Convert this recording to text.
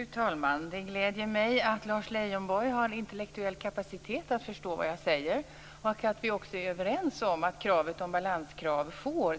Fru talman! Det gläder mig att Lars Leijonborg har intellektuell kapacitet att förstå vad jag säger och att vi också är överens om att balanskravet för